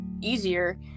easier